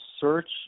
search